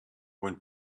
when